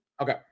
Okay